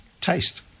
taste